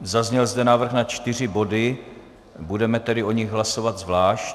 Zazněl zde návrh na čtyři body, budeme tedy o nich hlasovat zvlášť.